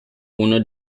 uno